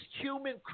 human